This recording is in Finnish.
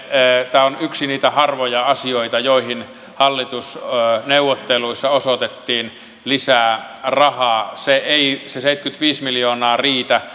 tämä on yksi niitä harvoja asioita joihin hallitusneuvotteluissa osoitettiin lisää rahaa se se seitsemänkymmentäviisi miljoonaa ei riitä